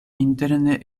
interne